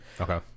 Okay